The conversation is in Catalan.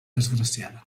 desgraciada